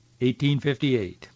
1858